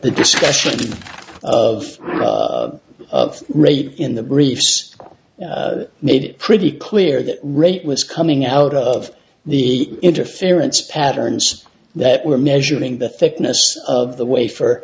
the discussion of of rape in the briefs made it pretty clear that rape was coming out of the interference patterns that were measuring the thickness of the way for